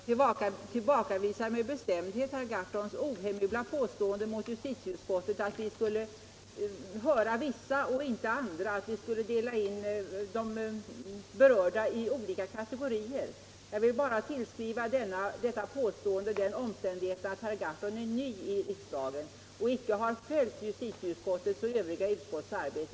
Herr talman! Jag tillbakavisar med bestämdhet herr Gahrtons ohemula påstående att justitieutskottet bara skulle höra vissa organisationer men inte andra och att vi skulle dela in de berörda i olika kategorier. Jag tillskriver detta påstående den omständigheten att herr Gahrton är ny I riksdagen och tidigare inte har kunnat följa justitieutskottets och övriga utskotts arbete.